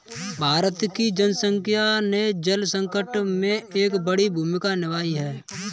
भारत की जनसंख्या ने जल संकट में एक बड़ी भूमिका निभाई है